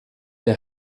der